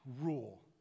rule